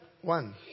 One